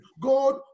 God